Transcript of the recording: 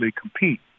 compete